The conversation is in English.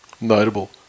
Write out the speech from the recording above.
notable